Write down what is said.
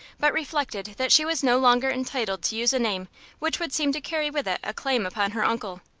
but reflected that she was no longer entitled to use a name which would seem to carry with it a claim upon her uncle.